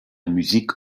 musique